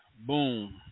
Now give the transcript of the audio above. Boom